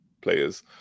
players